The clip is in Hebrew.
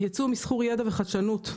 ייצוא ומסחור ידע וחדשנות,